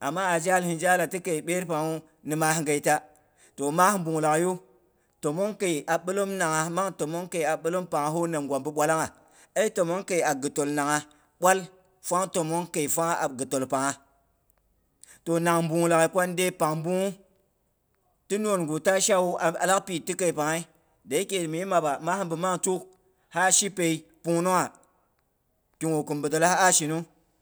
Amma 'a zhal hin zhala ko ti kei byer pangwu ni maa ghei ta. To maa bung laghaiyu tomong kei a bilom nangha mang tə mong kei a bilom pangha hu nimngwa bi bwallangha? Ai təmong kei a ghitol nangha bwal fwang təmong kei fwangha a ghitol pangha. Toh nang bung laghai, kwande pang bunghu ti nongu ta shawu, alak piit ti kei panghe? Da yike min maba, maa bi mang tuk ha shipei pungnungha, ki hin bi dela'a shinung.